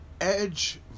edge